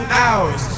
hours